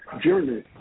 journey